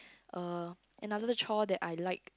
uh another chore that I like